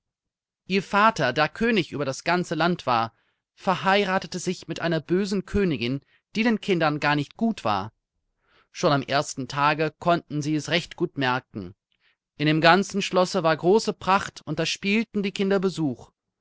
ihr vater der könig über das ganze land war verheiratete sich mit einer bösen königin die den kindern gar nicht gut war schon am ersten tage konnten sie es recht gut merken in dem ganzen schlosse war große pracht und da spielten die kinder besuch